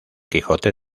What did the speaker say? quijote